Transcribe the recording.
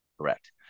Correct